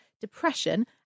depression